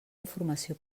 informació